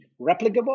replicable